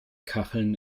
kacheln